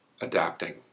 adapting